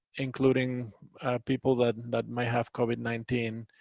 including people that that might have covid nineteen,